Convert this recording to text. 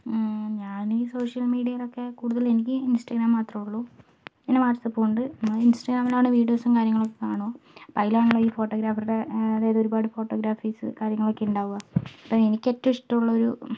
ഞാൻ ഈ സോഷ്യൽ മീഡിയയിലൊക്കെ കൂടുതലും എനിക്ക് ഈ ഇൻസ്റ്റഗ്രാം മാത്രമേ ഉള്ളൂ പിന്നെ വാട്സ്ആപ്പ് ഉണ്ട് ഇൻസ്റ്റഗ്രാമിൽ ആണ് വീഡിയോസും കാര്യങ്ങളും ഒക്കെ കാണൂ അതിലാണ് ഈ ഫോട്ടോഗ്രാഫറുടെ അതായത് ഒരുപാട് ഫോട്ടോഗ്രാഫീസ് കാര്യങ്ങളൊക്കെ ഉണ്ടാവുക അപ്പം എനിക്ക് ഏറ്റവും ഇഷ്ടമുള്ള ഒരു